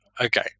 Okay